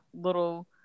Little